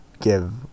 give